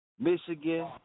Michigan